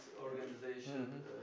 organization